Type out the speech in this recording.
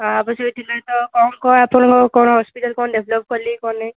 ହଁ ଆବଶ୍ୟକ ଥିଲା ତ କ'ଣ କ'ଣ ଆପଣଙ୍କ କ'ଣ ହସ୍ପିଟାଲ୍ କ'ଣ ଡେଭଲପ୍ କଲେ କ'ଣ ନାହିଁ